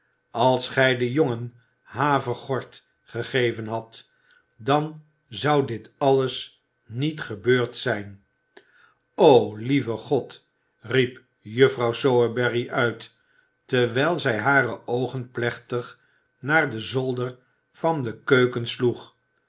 als gij den jongen havergort gegeven hadt dan zou dit alles niet gebeurd zijn o lieve god riep juffrouw sowerberry uit terwijl zij hare oogen plechtig naar den zolder van de keuken sloeg